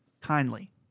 kindly